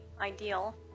ideal